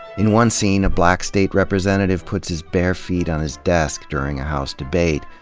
in one scene, a black state representative puts his bare feet on his desk during a house debate,